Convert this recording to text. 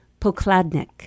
Pokladnik